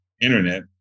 internet